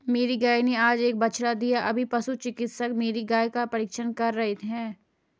मेरी गाय ने आज एक बछड़ा दिया अभी पशु चिकित्सक मेरी गाय की परीक्षण कर रहे हैं